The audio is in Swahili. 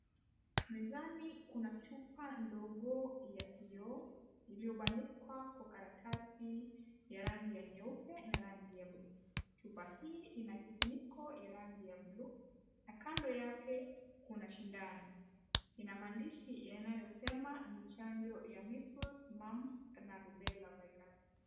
Mezani kuna chupa ndogo ya kioo iliyopandikwa Kwa karatasi ya rangi ya nyeupe na rangi ya bluu . Chupa hii I a kifuniko ya rangi ya bluu na kando yake kuna sindano ina maandishi inayosema no chanjo ya measles, mumps na rubella virus.